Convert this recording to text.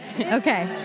Okay